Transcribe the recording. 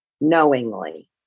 knowingly